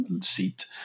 seat